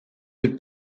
del